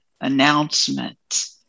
announcement